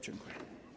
Dziękuję.